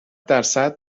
درصد